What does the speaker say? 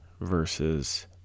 versus